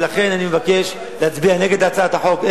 לכן אני מבקש להצביע נגד הצעת החוק,